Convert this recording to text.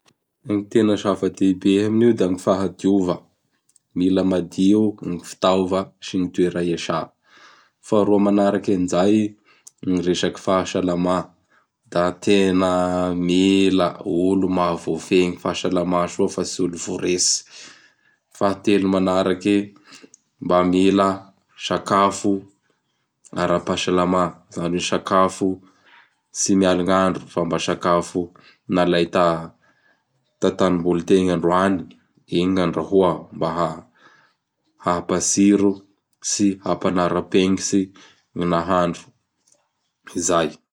Gny tena zava-dehibe aminio da gny fahadiova, mila madio gny fitaova sy gny toera iasa. Faharoa manaraky an'izay gny resaky fahasalama; da tena mila olo mahavoafehy gny fahasalama soa fa tsy voretsy. Fahatelo manaraky, mba mila sakafo ara-pahasalama, izany hoe, sakafo tsy mialognandro fa mba sakafo nalay ta-tatanimboly tegny androany. Igny gny andrahoa mba ha-hapatsiro sy hampanarapegnitsy gny nahandro. Zay!